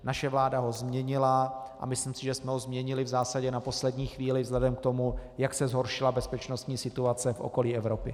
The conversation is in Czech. Naše vláda ho změnila a myslím si, že jsme ho změnili v zásadě na poslední chvíli vzhledem k tomu, jak se zhoršila bezpečnostní situace v okolí Evropy.